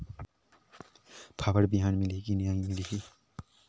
फाफण बिहान मिलही की नी मिलही?